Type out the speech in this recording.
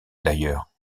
d’ailleurs